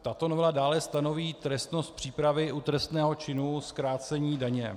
Tato novela dále stanoví trestnost přípravy u trestného činu zkrácení daně.